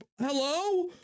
Hello